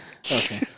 Okay